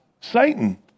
Satan